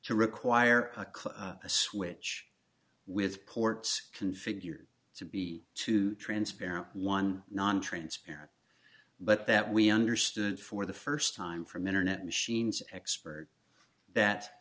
to require a close switch with ports configured to be two transparent one nontransparent but that we understood for the first time from internet machines expert